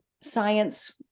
science